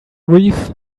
wreath